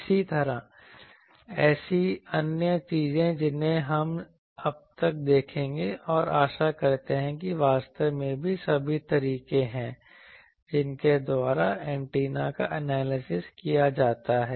इसी तरह ऐसी अन्य चीजें जिन्हें हम अब तक देखेंगे और आशा करते हैं कि वास्तव में वे सभी तरीके हैं जिनके द्वारा एंटीना का एनालिसिस किया जाता है